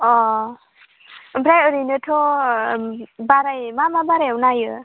अ ओमफ्राय ओरैनोथ' बाराय मा मा बारायआव नायो